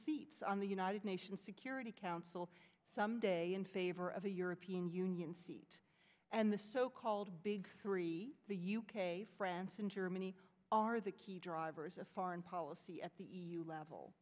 seats on the united nations security council someday in favor of a european union seat and the so called big three the u k france and germany are the key drivers of foreign policy at the e u level